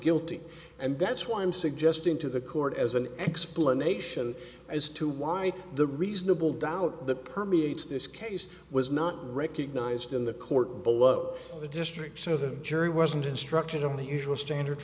guilty and that's why i'm suggesting to the court as an explanation as to why the reasonable doubt that permeates this case was not recognized in the court below the district so the jury wasn't instructed only usual